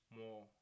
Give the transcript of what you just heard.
more